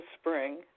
spring